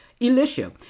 Elisha